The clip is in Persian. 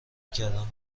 کردم